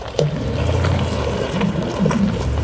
with articulating limbs!